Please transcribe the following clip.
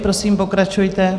Prosím, pokračujte.